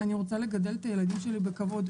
אני רוצה לגדל את הילדים שלי בכבוד,